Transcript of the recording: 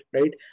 right